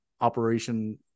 operation